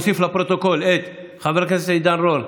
אני מוסיף לפרוטוקול את חבר הכנסת עידן רול,